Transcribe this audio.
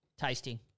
tasting